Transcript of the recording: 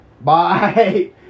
Bye